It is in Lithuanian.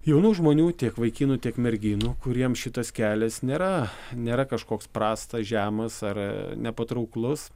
jaunų žmonių tiek vaikinų tiek merginų kuriem šitas kelias nėra nėra kažkoks prastas žemas ar nepatrauklus